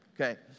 Okay